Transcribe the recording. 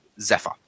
Zephyr